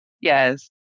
Yes